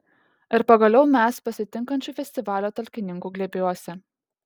ir pagaliau mes pasitinkančių festivalio talkininkų glėbiuose